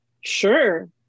Sure